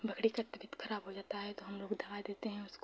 बकरी की तबियत खराब हो जाती है तो हमलोग दवाई देते हैं उसको